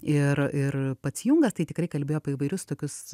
ir ir pats jungas tai tikrai kalbėjo apie įvairius tokius